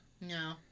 No